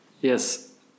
yes